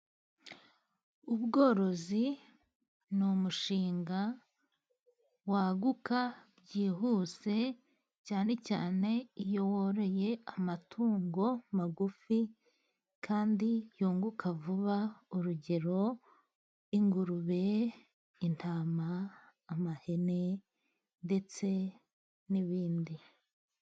Ubworozi ni umushinga waguka byihuse, cyane cyane iyo woroye amatungo magufi kandi yunguka vuba, urugero ingurube, intama, amahene ndetse n'ibindi.